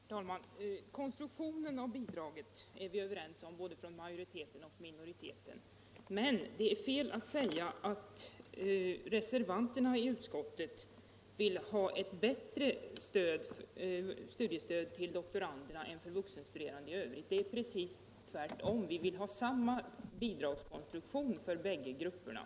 Herr talman! Konstruktionen av utbildningsbidraget för doktorander är majoriteten och minoriteten överens om. Men det är fel att säga att reservanterna vill ha ett bättre studiestöd till doktoranderna än till övriga vuxenstuderande. Det är precis tvärtom — vi vill ha samma bidragskonstruktion för bägge grupperna.